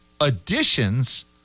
additions